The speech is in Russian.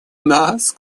нас